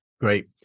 great